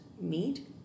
meat